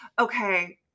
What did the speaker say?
okay